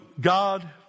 God